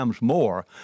more